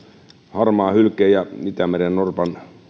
harmaahylkeen ja itämerennorpan